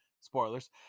spoilers